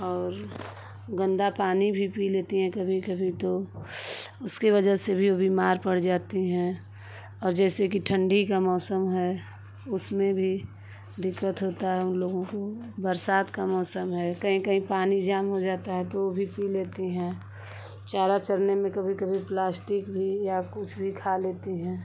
और गंदा पानी भी पी लेती हैं कभी कभी तो उसके वजह से भी वो बीमार पड़ जाती हैं और जैसे कि ठंडी का मौसम है उसमें भी दिक्कत होता है उन लोगों को बरसात का मौसम है कहीं कहीं पानी जाम हो जाता है तो वो भी पी लेती हैँ चारा चरने में कभी कभी प्लास्टिक भी या कुछ भी खा लेती हैं